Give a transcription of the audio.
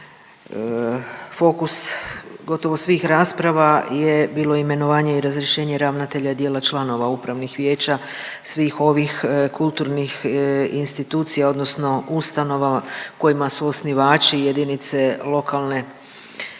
kao fokus gotovo svih rasprava je bilo imenovanje i razrješenje ravnatelja i dijela članova upravnih vijeća svih ovih kulturnih institucija odnosno ustanova kojima su osnivači jedinice lokalne,